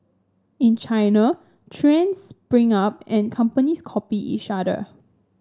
in China trends spring up and companies copy each other